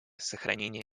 сохранение